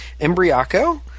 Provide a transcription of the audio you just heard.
Embriaco